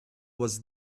was